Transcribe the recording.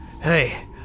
Hey